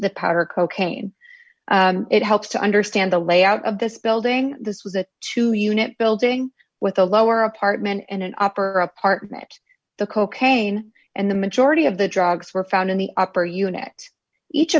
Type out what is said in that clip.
the powder cocaine it helps to understand the layout of this building this was a two unit building with a lower apartment and up or apartment the cocaine and the majority of the drugs were found in the upper unit each